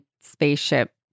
spaceship